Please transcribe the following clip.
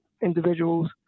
individuals